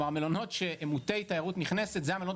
כלומר מלונות שהם מוטי תיירות נכנסת זה המלונות